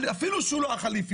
אפילו שהוא לא החליפי,